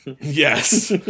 yes